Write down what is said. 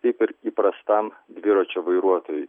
taip ir įprastam dviračio vairuotojui